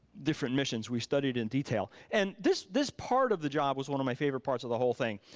different missions, we studied in detail. and this this part of the job was one of my favorite parts of the whole thing.